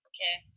Okay